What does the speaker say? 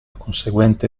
conseguente